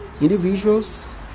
Individuals